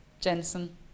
Jensen